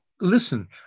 Listen